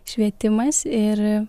švietimas ir